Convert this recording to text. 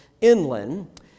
inland